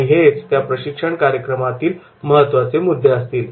आणि हेच त्या प्रशिक्षण कार्यक्रमामधील महत्त्वाचे मुद्दे असतील